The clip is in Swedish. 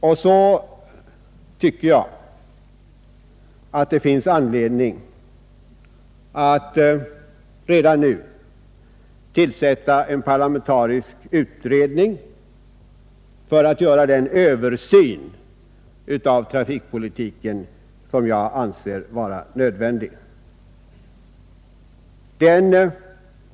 Vidare tycker jag att det finns anledning att redan nu tillsätta en parlamentarisk utredning för att göra den översyn av trafikpolitiken som jag anser vara nödvändig.